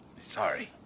Sorry